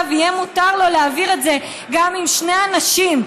יהיה מותר להעביר את זה גם לשני אנשים,